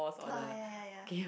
uh ya ya ya